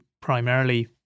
primarily